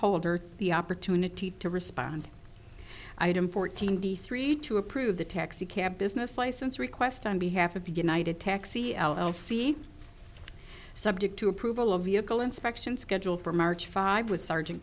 holder the opportunity to respond item fourteen three to approve the taxicab business license request on behalf of united taxi l l c subject to approval of vehicle inspection schedule for march five with sergeant